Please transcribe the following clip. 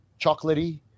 chocolatey